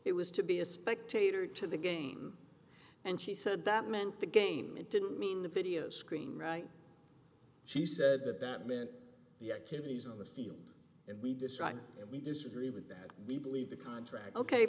it was to be a spectator to the game and she said that meant the game it didn't mean the video screen right she said that that meant the activities on the field and we decided if we disagree with that we believe the contract ok